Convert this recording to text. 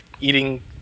eating